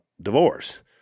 divorce